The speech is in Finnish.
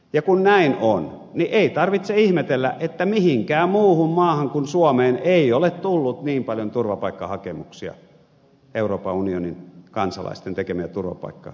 ja kun näin on niin ei tarvitse ihmetellä että mihinkään muuhun maahan kuin suomeen ei ole tullut niin paljon euroopan unionin kansalaisten tekemiä turvapaikkahakemuksia